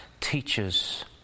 teachers